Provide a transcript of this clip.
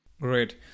Great